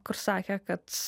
kur sakė kad